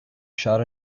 shot